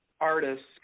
artists